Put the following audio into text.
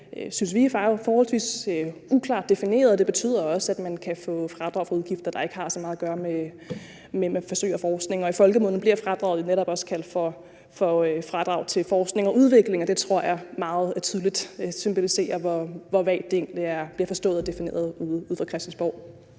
er det forholdsvis uklart defineret, og det betyder også, at man kan få fradrag for udgifter, der ikke har så meget at gøre med forsøg og forskning. I folkemunde bliver fradraget jo netop også kaldt for fradrag til forskning og udvikling, og det synes jeg meget tydeligt symboliserer, hvor vagt det egentlig bliver forstået og defineret på Christiansborg.